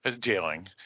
dealing